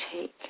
take